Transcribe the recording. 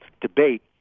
debate